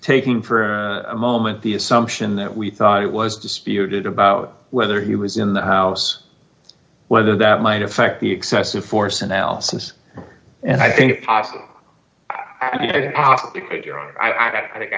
taken for a moment the assumption that we thought it was disputed about whether he was in the house whether that might affect the excessive force analysis and i think it's possible i think